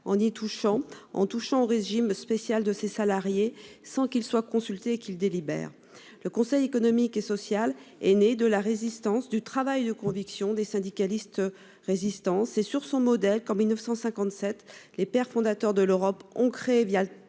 en touchant en touchant au régime spécial de ses salariés sans qu'il soit consulté, qu'il délibère le Conseil économique et social est né de la résistance du travail de conviction des syndicalistes résistance et sur son modèle qu'en 1957 les pères fondateurs de l'Europe ont créé via le